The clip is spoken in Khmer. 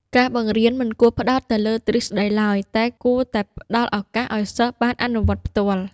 ការបង្រៀនមិនគួរផ្តោតតែលើទ្រឹស្តីឡើយ តែគួរតែផ្តល់ឱកាសឱ្យសិស្សបានអនុវត្តផ្ទាល់។